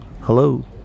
hello